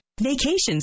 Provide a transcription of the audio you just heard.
Vacations